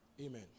Amen